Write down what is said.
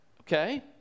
okay